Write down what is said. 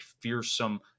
fearsome